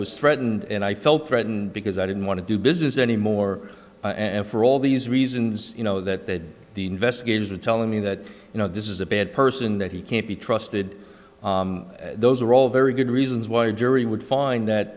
was threatened and i felt threatened because i didn't want to do business anymore and for all these reasons you know that the investigators are telling me that you know this is a bad person that he can't be trusted those are all very good reasons why a jury would find that